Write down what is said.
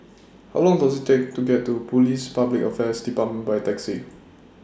How Long Does IT Take to get to Police Public Affairs department By Taxi